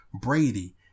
Brady